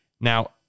Now